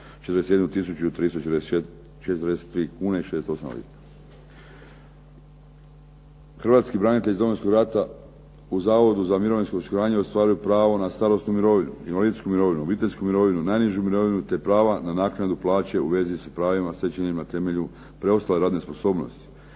343 kune i 68 lipa. Hrvatski branitelji iz Domovinskog rata u Zavodu za mirovinsko osiguranje ostvaruju pravo na starosnu mirovinu, invalidsku mirovinu, obiteljsku mirovinu, najnižu mirovinu te prava na naknadu plaće u vezi s pravima stečenim na temelju preostale radne sposobnosti.